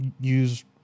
use